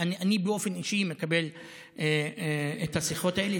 אני באופן אישי מקבל את השיחות האלה,